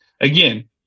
again